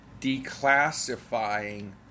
declassifying